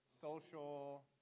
social